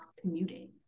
commuting